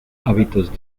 hábitos